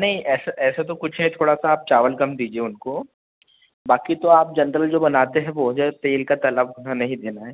नहीं ऐसा ऐसा तो कुछ है थोड़ा सा आप चावल कम दीजिए उनको बाक़ी तो आप जनरल में जो बनाते हैं बहुत ज़्यादा तेल का तला भुना नहीं देना है